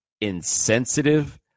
insensitive